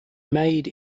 made